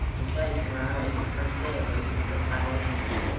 okay tomorrow is the first day of waking up at five a m. lou.